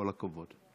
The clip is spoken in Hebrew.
כל הכבוד.